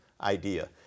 idea